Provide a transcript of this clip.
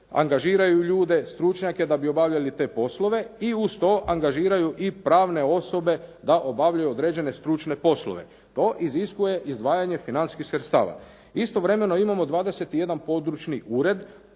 angažiraju ljude, stručnjake da bi obavljali te poslove i uz to angažiraju i pravne osobe da obavljaju određene stručne poslove. To iziskuje izdvajanje financijskih sredstava. Istovremeno imamo 21 područni ured,